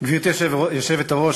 גברתי היושבת-ראש,